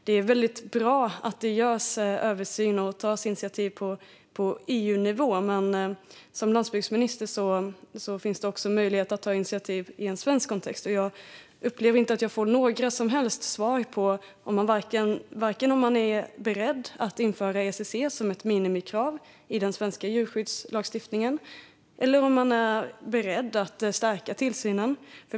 Det är väldigt bra att det görs en översyn och tas initiativ på EU-nivå, men som landsbygdsminister finns det också möjlighet att ta initiativ i en svensk kontext. Jag upplever inte att jag får några som helst svar på vare sig om man är beredd att införa ECC som minimikrav i den svenska djurskyddslagstiftningen eller om man är beredd att stärka tillsynen.